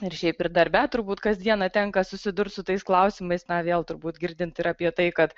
ir šiaip ir darbe turbūt kasdieną tenka susidurt su tais klausimais na vėl turbūt girdint ir apie tai kad